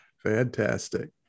Fantastic